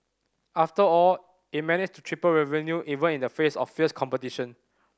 after all it managed to triple revenue even in the face of fierce competition